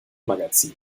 magazin